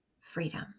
freedom